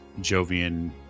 Jovian